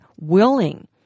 willing